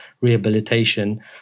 rehabilitation